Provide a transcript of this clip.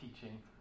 teaching